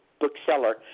bookseller